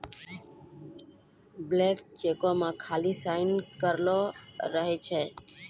blank चेको मे खाली साइन करलो रहै छै